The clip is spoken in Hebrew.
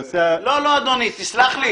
לא, אדוני, תסלח לי.